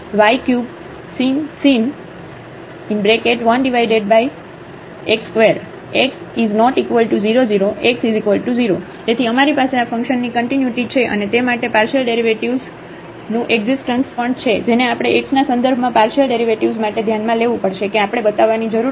fxyy3sin 1x2 x≠0 0x0 તેથી અમારી પાસે આ ફંકશનની કન્ટિન્યુટી છે અને તે માટે પાર્શિયલ ડેરિવેટિવ્ઝ નું એકઝીસ્ટન્સ પણ છે જેને આપણે x ના સંદર્ભમાં પાર્શિયલ ડેરિવેટિવ્ઝ માટે ધ્યાનમાં લેવું પડશે કે આપણે બતાવવાની જરૂર છે કે આ લિમિટ 0 Δ x